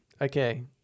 Okay